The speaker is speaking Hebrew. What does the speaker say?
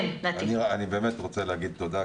אני רוצה להגיד תודה.